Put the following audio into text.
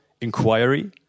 inquiry